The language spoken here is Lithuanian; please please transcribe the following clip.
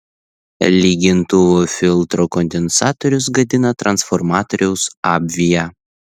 lygintuvo filtro kondensatorius gadina transformatoriaus apviją